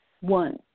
One